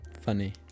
funny